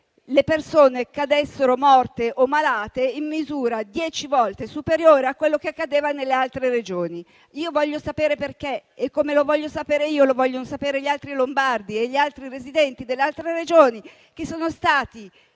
le persone cadessero morte o malate in misura dieci volte superiore a quello che accadeva nelle altre Regioni. Voglio sapere perché e, come lo voglio sapere io, lo vogliono sapere gli altri lombardi e i residenti delle altre Regioni, che sono stati